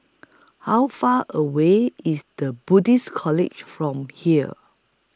How Far away IS The Buddhist College from here